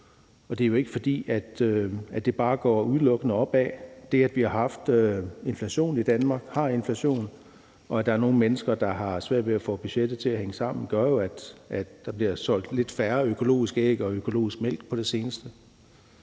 Men det er jo ikke, fordi det bare udelukkende går opad. Det, at vi har inflation i Danmark, betyder jo, at der er nogle mennesker, der har svært ved at få budgettet til at hænge sammen. Det gør jo, at der på det seneste er blevet solgt lidt færre økologiske æg og mindre økologisk mælk. Det er den